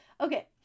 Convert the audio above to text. Okay